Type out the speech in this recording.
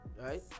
Right